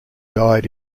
died